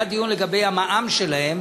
היה דיון לגבי המע"מ שלהן,